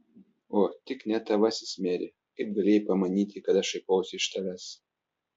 o tik ne tavasis meri kaip galėjai pamanyti kad aš šaipausi iš tavęs